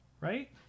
Right